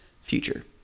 Future